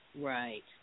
Right